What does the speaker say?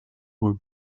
were